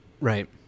Right